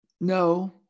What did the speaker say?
No